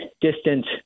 distant